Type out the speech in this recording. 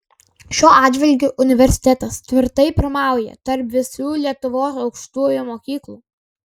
šiuo atžvilgiu universitetas tvirtai pirmauja tarp visų lietuvos aukštųjų mokyklų